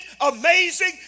amazing